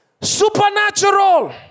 supernatural